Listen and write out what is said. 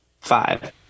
five